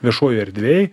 viešojoj erdvėj